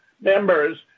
members